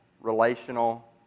relational